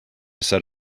set